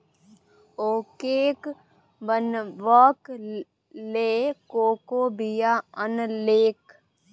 ओ cake बनेबाक लेल कोकोक बीया आनलकै